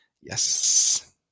yes